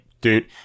dude